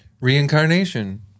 Reincarnation